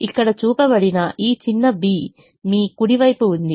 ఇక్కడ చూపబడిన ఈ చిన్న b మీ కుడి వైపు ఉంది